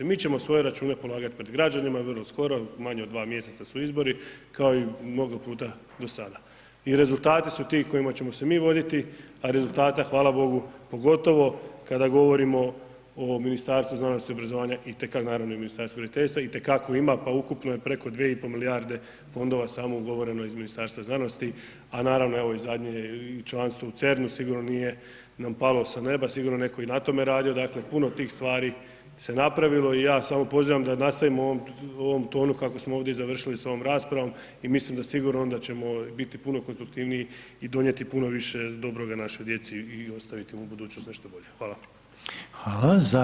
Mi ćemo svoje račune polagat pred građanima vrlo skoro, manje od dva mjeseca su izbori, kao i mnogo puta do sada i rezultati su ti kojima ćemo se mi voditi, a rezultata hvala Bogu, pogotovo kada govorimo o ovom Ministarstvu znanosti i obrazovanja… [[Govornik se ne razumije]] Ministarstvu graditeljstva itekako ima, pa ukupno je preko 2,5 milijarde fondova samo ugovoreno iz Ministarstva znanosti, a naravno i evo zadnje i članstvo u Cernu sigurno nije nam palo sa neba, sigurno je netko i na tome radio, dakle, puno tih stvari se napravilo i ja samo pozivam da nastavimo u ovom tonu kako smo ovdje i završili s ovom raspravom i mislim da sigurno onda ćemo biti puno konstruktivniji i donijeti puno više dobroga našoj djeci i ostaviti mu budućnost nešto bolje.